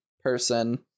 person